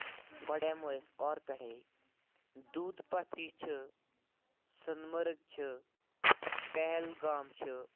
گۄڈٕ یِمو أسۍ اورٕ پٮ۪ٹھے دوٗدٕ پَتھری چھِ سونہٕ مَرٕگ چھُ پہلگام چھُ